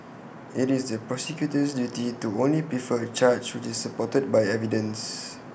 IT is the prosecutor's duty to only prefer A charge which is supported by evidence